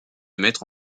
mettre